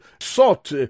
sought